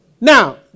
Now